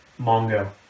Mongo